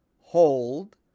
hold